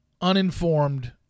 uninformed